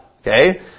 Okay